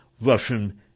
Russian